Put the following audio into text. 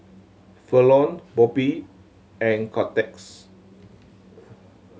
Falon Bobby and Cortez